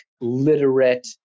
literate